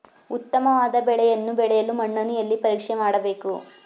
ಉತ್ತಮವಾದ ಬೆಳೆಯನ್ನು ಬೆಳೆಯಲು ಮಣ್ಣನ್ನು ಎಲ್ಲಿ ಪರೀಕ್ಷೆ ಮಾಡಬೇಕು?